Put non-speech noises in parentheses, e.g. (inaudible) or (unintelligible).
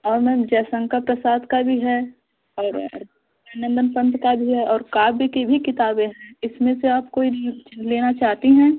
और मैम जयशंकर प्रसाद का भी है और (unintelligible) नन्दन पंथ का भी है और काव्य की भी किताबें हैं इसमें से आप कोई लेना चाहती हैं